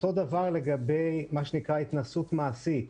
אותו דבר לגבי מה שנקרא התנסות מעשית,